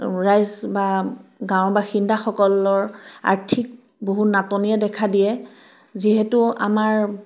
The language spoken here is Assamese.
ৰাইজ বা গাঁৱৰ বাসিন্দাসকলৰ আৰ্থিক বহু নাটনিয়ে দেখা দিয়ে যিহেতু আমাৰ